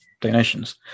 donations